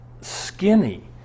skinny